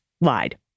lied